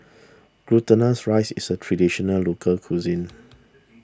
Glutinous Rice is a Traditional Local Cuisine